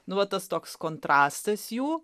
nu va tas toks kontrastas jų